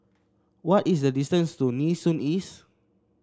what is the distance to Nee Soon East